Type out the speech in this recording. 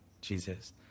Jesus